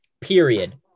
Period